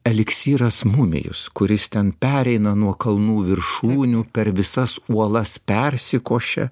eliksyras mumijus kuris ten pereina nuo kalnų viršūnių per visas uolas persikošia